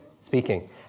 Speaking